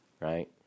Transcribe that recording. right